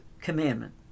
commandment